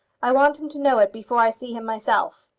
i want him to know it before i see him myself.